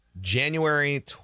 January